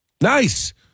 Nice